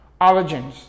allergens